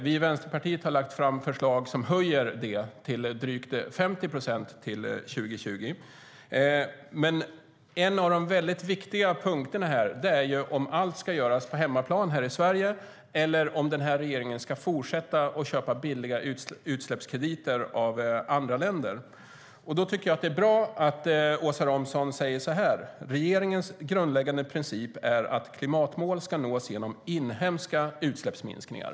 Vi i Vänsterpartiet har lagt fram förslag om att höja det till drygt 50 procent till 2020. En av de väldigt viktiga punkterna är om allt ska göras på hemmaplan här i Sverige eller om regeringen ska fortsätta att köpa billiga utsläppskrediter av andra länder. Då tycker jag att det är bra att Åsa Romson säger så här: "Regeringens grundläggande princip är att klimatmål ska nås genom inhemska utsläppsminskningar."